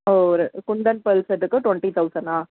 ஒரு குந்தன் ஜுவெல் செட்டுக்கு ட்வெண்ட்டி தௌசணா